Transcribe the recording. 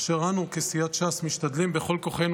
אשר אנו כסיעת ש"ס משתדלים בכל כוחנו